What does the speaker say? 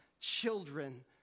children